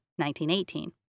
1918